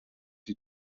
die